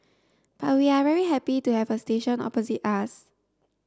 but we are very happy to have a station opposite us